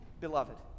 beloved